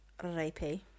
rapey